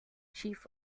chief